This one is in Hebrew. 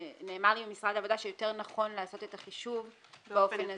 ונאמר לי ממשרד העבודה שיותר נכון לעשות את החישוב באופן הזה.